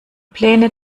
pläne